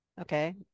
Okay